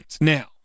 Now